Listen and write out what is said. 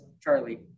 Charlie